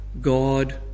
God